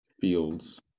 Fields